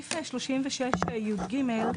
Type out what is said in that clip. בסעיף 36יג,